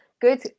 good